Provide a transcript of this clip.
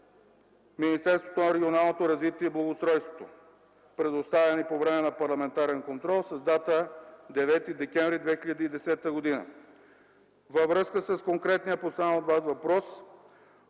Министерството на регионалното развитие и благоустройството, предоставени по време на парламентарен контрол с дата 9 декември 2010 г.: „Във връзка с конкретния поставен от Вас въпрос